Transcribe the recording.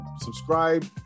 Subscribe